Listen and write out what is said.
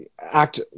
act